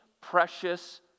precious